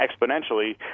exponentially